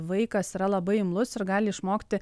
vaikas yra labai imlus ir gali išmokti